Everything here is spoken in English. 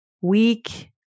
weak